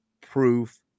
proof